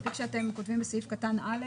מספיק שנכתוב "לפי סעיף קטן (א)".